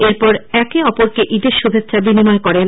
এরপর একে অপরকে ঈদের শুভেচ্ছা বিনিময় করেন